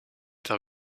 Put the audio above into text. ter